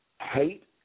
hate